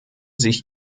sich